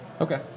Okay